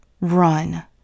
run